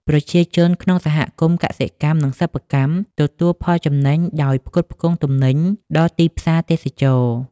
ប្រជាជនក្នុងសហគមន៍កសិកម្ម និងសិប្បកម្មទទួលផលចំណេញដោយផ្គត់ផ្គង់ទំនិញដល់ទីផ្សារទេសចរណ៍។